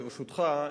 ברשותך,